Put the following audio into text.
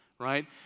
right